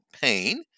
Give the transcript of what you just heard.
pain